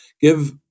give